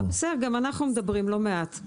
גם אנחנו מדברים לא מעט.